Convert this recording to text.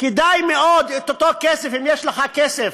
כדאי מאוד, את אותו כסף, אם יש לך כסף,